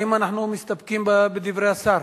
האם אנחנו מסתפקים בדברי השר?